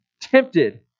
Tempted